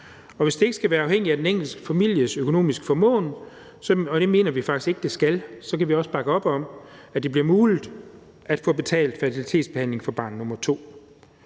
og hvis det ikke skal være afhængigt af den enkelte families økonomiske formåen – og det mener vi faktisk ikke det skal – så kan vi også bakke op om, at det bliver muligt at få betalt fertilitetsbehandling for barn nr.